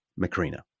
Macrina